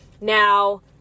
Now